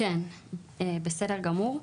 כן, בסדר גמור.